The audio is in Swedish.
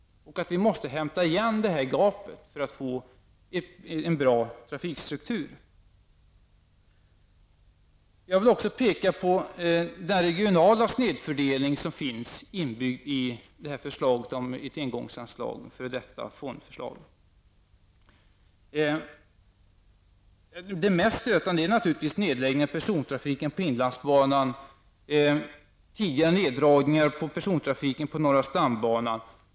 Gapet måste hämtas igen för att vi skall få en bra trafikstruktur. Jag vill också peka på den regionala snedfördelning som finns inbyggd i förslaget om ett engångsanslag, det f.d. fondförslaget. Det mest stötande är naturligtvis nedläggningen av persontrafiken på inlandsbanan och tidigare neddragningar av persontrafiken på norra Stambanan.